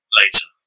later